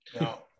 No